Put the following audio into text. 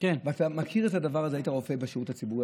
ואתה מכיר את הדבר הזה והיית רופא בשירות הציבורי,